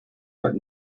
but